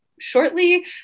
shortly